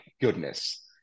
goodness